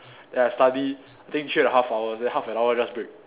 then I study think three and a half hours then half an hour just break